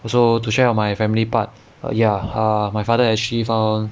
also to share on my family part ya ah my father actually found